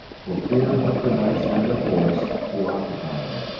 for fear hooker might send a force to occupy them.